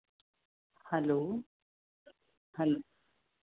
hello hello